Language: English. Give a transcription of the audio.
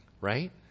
right